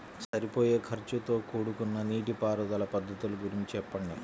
సరిపోయే ఖర్చుతో కూడుకున్న నీటిపారుదల పద్ధతుల గురించి చెప్పండి?